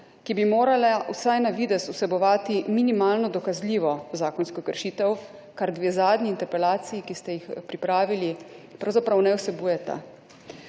ki bi morala vsaj na videz vsebovati minimalno dokazljivo zakonsko kršitev, kar dve zadnji interpelaciji, ki ste jih pripravili, pravzaprav ne vsebujeta.